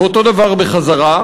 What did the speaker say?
ואותו דבר בחזרה.